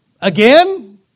Again